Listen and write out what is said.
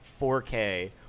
4K